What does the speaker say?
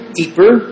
deeper